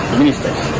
ministers